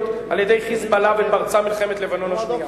על-ידי "חיזבאללה" ופרצה מלחמת לבנון השנייה.